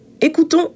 Écoutons